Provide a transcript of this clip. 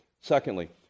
Secondly